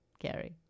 Gary